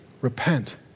Repent